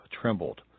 trembled